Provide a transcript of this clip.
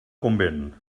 convent